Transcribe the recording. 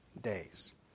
days